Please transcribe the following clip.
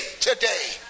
today